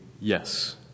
yes